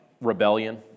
rebellion